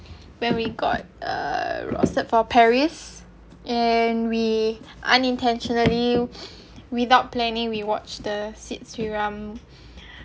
when we got (uh)a rostered for paris and we unintentionally without planning we watched the sid sriram concert